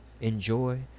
enjoy